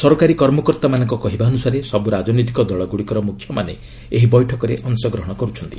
ସରକାରୀ କର୍ମକର୍ତ୍ତାମାନଙ୍କ କହିବା ଅନୁସାରେ ସବୁ ରାଜନୈତିକ ଦଳଗୁଡ଼ିକର ମୁଖ୍ୟମାନେ ଏହି ବୈଠକରେ ଅଂଶଗ୍ରହଣ କରୁଛନ୍ତି